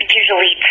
usually